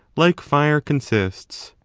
like fire, consists.